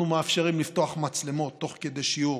אנחנו מאפשרים לפתוח מצלמות תוך כדי שיעור,